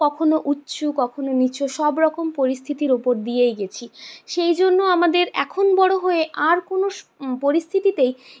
কখনো উঁচু কখনো নীচু সব রকম পরিস্থিতির ওপর দিয়েই গেছি সেই জন্য আমাদের এখন বড়ো হয়ে আর কোনও স পরিস্থিতিতেই